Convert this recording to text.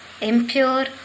impure